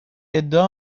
ادعا